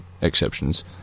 exceptions